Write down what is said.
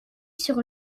sur